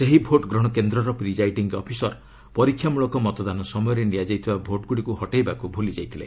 ସେହି ଭୋଟ୍ଗ୍ରହଣ କେନ୍ଦ୍ରର ପ୍ରିଜାଇଡିଂ ଅଫିସର୍ ପରୀକ୍ଷାମଳକ ମତଦାନ ସମୟରେ ନିଆଯାଇଥିବା ଭୋଟ୍ଗୁଡ଼ିକୁ ହଟେଇବାକୁ ଭୁଲିଯାଇଥିଲେ